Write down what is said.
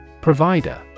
Provider